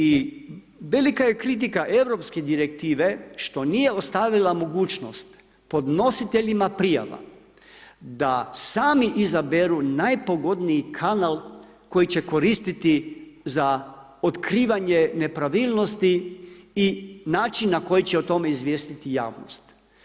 I velika je kritika europske direktive što nije ostavila mogućnost podnositeljima prijava da sami izaberu najpogodniji kanal koji će koristiti za otkrivanje nepravilnosti i načina koji će o tome izvijestiti javnost.